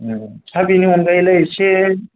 हा बेनि अनगायैलाय एसे